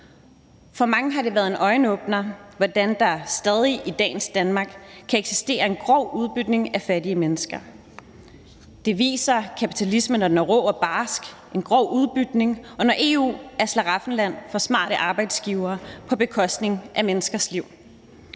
For mange har det været en øjenåbner, hvordan der stadig i dagens Danmark kan eksistere en grov udbytning af fattige mennesker. Det viser kapitalismen, når den er rå og barsk – en grov udbytning – og når EU er et slaraffenland for smarte arbejdsgivere på bekostning af menneskers liv.